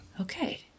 Okay